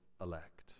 elect